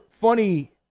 funny